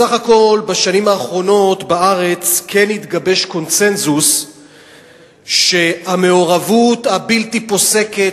בסך הכול בשנים האחרונות כן התגבש בארץ קונסנזוס שהמעורבות הבלתי-פוסקת